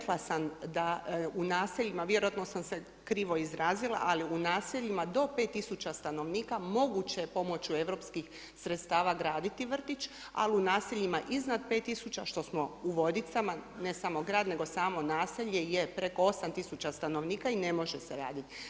Rekla sam da u naseljima, vjerojatno sam se krivo izrazila, ali u naseljima do pet tisuća stanovnika moguće je pomoću europskih sredstava graditi vrtić, ali u naseljima iznad pet tisuća što smo u Vodicama, ne samo grad nego samo naselje je preko osam tisuća stanovnika i ne može se raditi.